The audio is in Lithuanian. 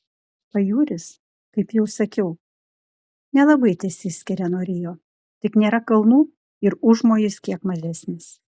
pajūris kaip jau sakiau nelabai tesiskiria nuo rio tik nėra kalnų ir užmojis kiek mažesnis